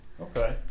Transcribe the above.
okay